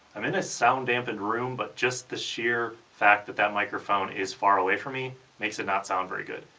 i'm in this sound dampened room but just the sheer fact that that microphone is far away from me makes it not sound very good.